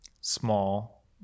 small